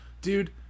Dude